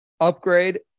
upgrade